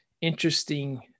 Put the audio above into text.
interesting